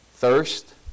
Thirst